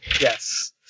Yes